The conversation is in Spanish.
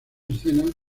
escenas